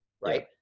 Right